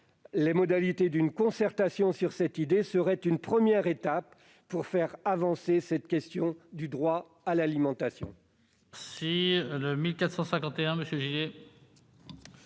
les modalités d'une concertation sur cette idée, serait une première étape pour faire avancer cette question du droit à l'alimentation.